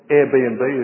Airbnb